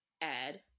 add